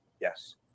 Yes